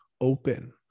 open